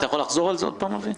אתה יכול לחזור על זה עוד פעם, אבי?